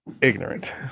ignorant